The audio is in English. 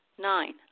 Nine